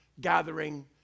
gathering